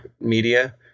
media